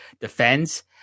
defends